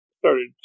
started